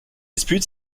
disputes